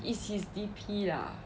is his D_P lah